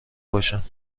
باشم